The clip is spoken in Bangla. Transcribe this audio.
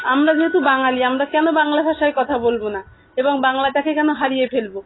আমরা যেহেতু বাঙালি আমরা কেন বাংলা ভাষায় কথা বলব না এবং বাংলাটাকে কেন হারিয়ে ফেলবো